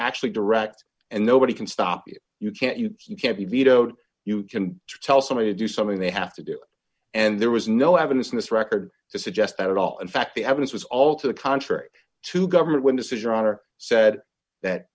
actually direct and nobody can stop you you can't you you can't be vetoed you can tell somebody to do something they have to do and there was no evidence in this record to suggest at all in fact the evidence was all to the contrary to government when decisions are said that